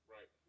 Right